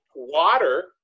Water